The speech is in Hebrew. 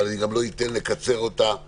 אבל אני גם לא אתן לקצר אותה סתם.